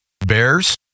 bears